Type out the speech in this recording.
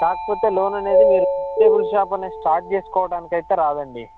కాకపోతే లోన్ అనేది మీరు వెజిటేబుల్ షాప్ అనే స్టార్ట్ చేసుకోవడానికైతే రాదండి